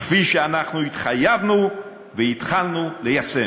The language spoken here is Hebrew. כפי שאנחנו התחייבנו והתחלנו ליישם.